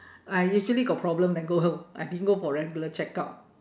I usually got problem then go I didn't go for regular check-up